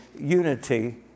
unity